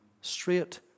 straight